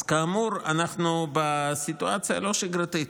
אז כאמור, אנחנו בסיטואציה לא שגרתית,